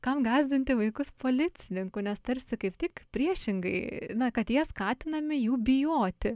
kam gąsdinti vaikus policininku nes tarsi kaip tik priešingai na kad jie skatinami jų bijoti